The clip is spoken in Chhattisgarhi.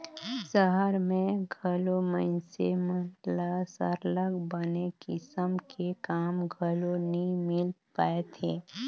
सहर में घलो मइनसे मन ल सरलग बने किसम के काम घलो नी मिल पाएत हे